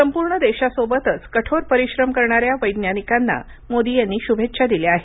संपूर्ण देशासोबतच कठोर परिश्रम करणाऱ्या वैज्ञानिकांना मोदी यांनी शुभेच्छा दिल्या आहेत